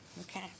okay